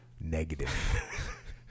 negative